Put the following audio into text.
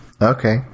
Okay